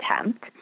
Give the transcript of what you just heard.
attempt